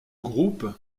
groupe